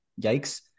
yikes